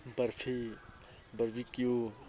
barfi ꯕꯔꯕꯤꯀꯤꯎ